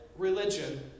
Religion